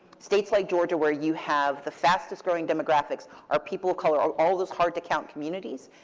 states like georgia where you have the fastest growing demographics are people of color or all those hard to count communities,